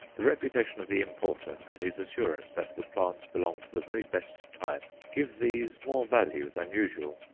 the reputation of the importer, and his assurance that the plants belong to the very best type, give these more value than usual.